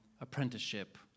apprenticeship